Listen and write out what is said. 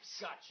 Gotcha